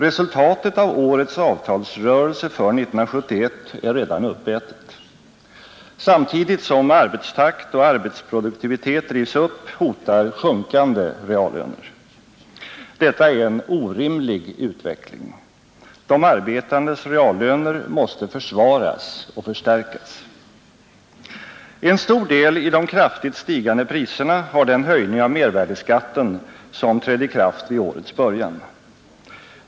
Resultatet av årets avtalsrörelse för 1971 är redan uppätet. Samtidigt som arbetstakt och arbetsproduktivitet drivs upp hotar sjunkande reallöner. Detta är en orimlig utveckling. De arbetandes reallöner måste försvaras och förstärkas. En stor del i de kraftigt stigande priserna har den höjning av mervärdeskatten som trädde i kraft vid årets början.